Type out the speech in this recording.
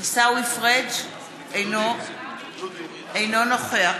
עיסאווי פריג' אינו נוכח